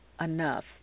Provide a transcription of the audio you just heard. enough